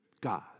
God